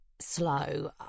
slow